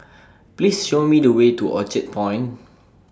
Please Show Me The Way to Orchard Point